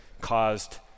caused